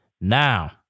Now